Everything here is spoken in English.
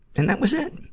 and that was it.